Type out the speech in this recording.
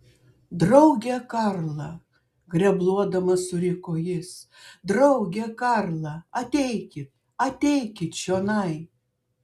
drauge karla grebluodamas suriko jis drauge karla ateikit ateikit čionai